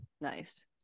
Nice